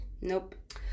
Nope